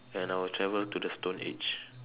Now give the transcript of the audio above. and I will travel to the stone age